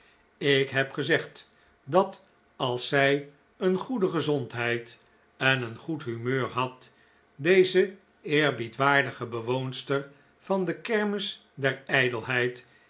ik hebgezegd dat als zij een goede gezondheid en een goed humeur had deze eerbiedwaardige bewoonster van de kermis der